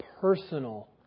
personal